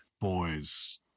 boys